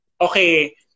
Okay